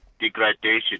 degradation